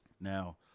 Now